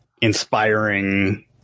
inspiring